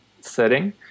setting